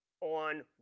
on